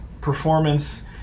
performance